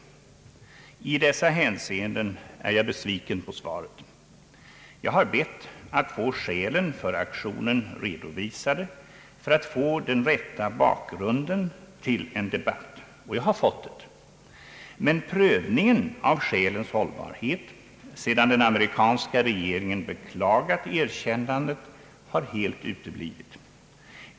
I dessa hänseenden är jag besviken på svaret. Jag har bett att få skälen för aktionen redovisade för att få den rätta bakgrunden till en debatt, och jag har fått det. Men prövningen av skälens hållbarhet sedan den amerikanska regeringen beklagat erkännandet har helt uteblivit.